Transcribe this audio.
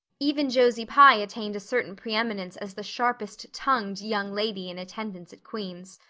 even josie pye attained a certain preeminence as the sharpest-tongued young lady in attendance at queen's.